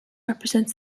represents